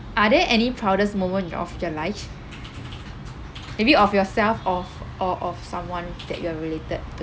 are there any proudest moment your of your life maybe of yourself of or of someone that you are related to